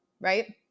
right